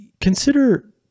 Consider